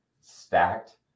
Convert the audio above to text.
stacked